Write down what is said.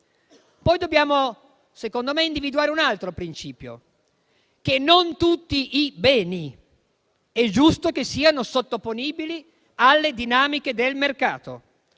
Poi dobbiamo, secondo me, individuare un altro principio: che non tutti i beni è giusto che siano sottoponibili alle dinamiche del mercato.